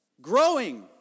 Growing